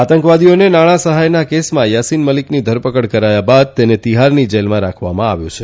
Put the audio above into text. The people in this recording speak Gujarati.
આતંકવાદીઓને નાણાં સહાયના કેસમાં થાસીન મલીકની ધરપકડ કરાયા બાદ તેને દિલ્હીની તિહાર જેલમાં રાખવામાં આવ્યો છે